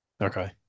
Okay